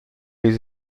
les